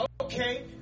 Okay